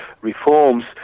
reforms